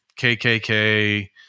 KKK